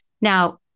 Now